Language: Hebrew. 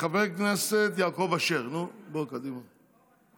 חבר הכנסת יעקב אשר, בוא, קדימה.